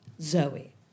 Zoe